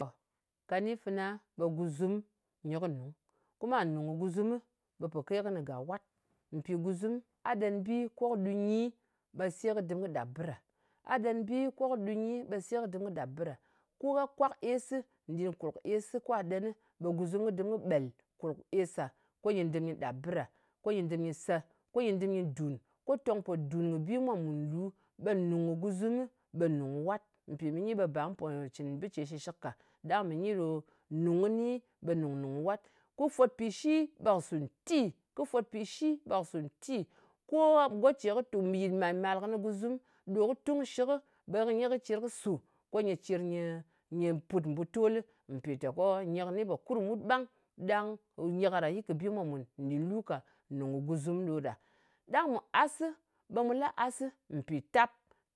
To, ka ni fana ɓe guzum nyɨ kɨ nung. Kuma nùng kɨ guzum, ɓe pò kei kɨnɨ gà wat. Mpì guzum a ɗen bi ko kɨ ɗu nyi, ɓe se kɨ dɨm kɨ ɗa ɓɨ ɗa. A ɗen bi ko kɨ dɨm kɨ ɗu nyi, ɓe se kɨ dɨm kɨ ɗap bɨ ɗa. Ko gha kwak esɨ nɗin kùlk esɨ kwa ɗenɨ, ɓe guzum kɨ dɨm kɨ ɓèl kùlk es ɗa, ko nyɨ dɨm nyɨ ɗap bɨ ɗa, ko nyɨ dɨm nyɨ sè, ko nyɨ dɨm nyɨ dùn bɨ ɗa. Ko tong pò dùn kɨ̀ bi mwa mùn nlù. Ɓe nùng kɨ guzum, ɓe nùng wat. Mpì mɨ nyi ɓe ba mu pò cɨn kɨ bɨ ce shɨshɨk ka. Ɗang mɨ nyi ɗo, nùng kɨni, ɓe nùng-nùng wat. Kɨ fwot pìshi, ɓe kɨ sù nti. Kɨ fwot pìshi ɓe kɨ sù nti. Ko gha, go ce kɨ tù yɨt man màl kɨnɨ guzum ɗo kɨ tung shɨk, ɓe nyi kɨ cir kɨ sù, ko nyɨ cir nyɨ put mbùtolɨ. Mpìtèko nyɨ kɨnɨ nyɨ pò kɨrkɨmut ɓang. Ɗang nyɨ karan yɨt kɨ bi mwa mùn nɗin lu ka. Nùng kɨ̀ guzum ɗo ɗa. Ɗang mɨ asɨ, ɓe mu la as mpì tap. Tò nùng kɨ asɨ, as mwa nùng nkin-kin. Har ko ngò lep mwa, ɓe mwa la sa mwa, ko mwa lè ka pì lep mwa. Mwa gyan nɨng mwa ɓe mwa iya yɨt kɨ asɨ ko nyɨ tong tap kɨ nɨmg mwa. Tung-tung ko ndè fana, dok ndè fana Ngolu ka tangol, ɓe nyi ɗaka ɓe la as ɗa, ko ɗen, ko as ɗa ba, ko mwa gyin nɨng mwa sòn-son, mwa gyin nɨng mwa nshit, ɗang as tong tap kɨ mwa ko kɨ put mbit ɗɨ, nyi jɨ ter nwok. Ko kɨ put mbit ɗɨ ɓe put met kɨnyi kè ni nlòng kɨni mwa gàk. Kɨ dɨm kɨ ni nlong ɗa mwa, ɓe as ɗa pò ter gyi. Ɗang duk kɨ ɗa ɓe ngò wat mwa dɨm mwa yè as ɗa kɨ ɗa kɨnɨ ɗa ɓang. Tò nùng kɨ asɨ.